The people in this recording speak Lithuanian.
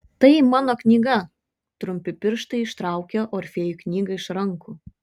tai mano knyga trumpi pirštai ištraukė orfėjui knygą iš rankų